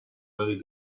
very